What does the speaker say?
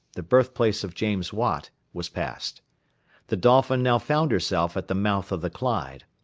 the birthplace of james watt, was passed the dolphin now found herself at the mouth of the clyde,